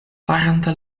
farante